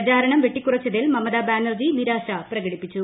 പ്രചാരണം വെട്ടിക്കുറച്ചതിൽ മമതാബാനർജി നിരാശ പ്രകടിപ്പിച്ചു